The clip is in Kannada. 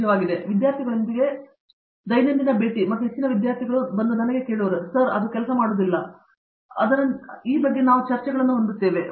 ಆದ್ದರಿಂದ ನಾನು ವಿದ್ಯಾರ್ಥಿಗಳೊಂದಿಗೆ ದೈನಂದಿನ ಭೇಟಿ ಮತ್ತು ಹೆಚ್ಚಿನ ದಿನಗಳು ವಿದ್ಯಾರ್ಥಿಗಳು ನನಗೆ ಹೇಳುವರು ಸರ್ ಅದು ಕೆಲಸ ಮಾಡುವುದಿಲ್ಲ ಎಂದು ನಿಮಗೆ ತಿಳಿದಿದೆ ಮತ್ತು ನಾವು ಅದರಂತೆ ಚರ್ಚೆಗಳನ್ನು ಹೊಂದಿದ್ದೇವೆ